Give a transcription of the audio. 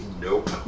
Nope